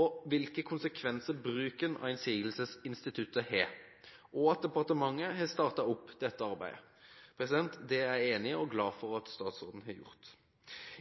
og hvilke konsekvenser bruken av innsigelsesinstituttet har» – det er jeg enig i – og at «departementet har startet opp dette arbeidet». Det er jeg glad for at statsråden har gjort.